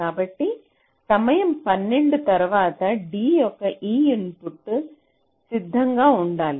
కాబట్టి సమయం 12 తరువాత D యొక్క ఈ ఇన్పుట్ సిద్ధంగా ఉండాలి